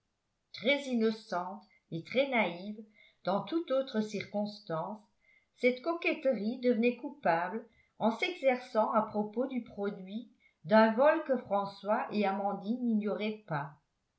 très innocente et très naïve dans toute autre circonstance cette coquetterie devenait coupable en s'exerçant à propos du produit d'un vol que françois et amandine n'ignoraient pas